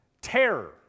terror